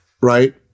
right